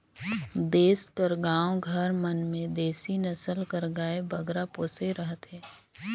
देस कर गाँव घर मन में देसी नसल कर गाय बगरा पोसे रहथें